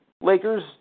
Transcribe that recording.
Lakers